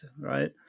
right